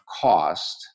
cost